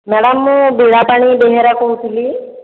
madam ମୁଁ ବୀଣାପାଣି ବେହେରା କହୁଥିଲି